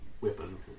weapon